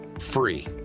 free